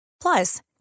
Plus